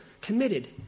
committed